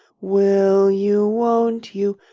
will you, won't you,